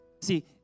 See